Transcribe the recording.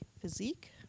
physique